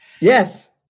Yes